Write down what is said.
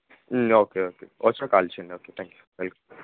okay okay వచ్చాక call చెయ్యండి okay thank you right